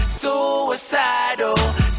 suicidal